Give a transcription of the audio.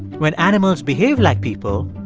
when animals behave like people,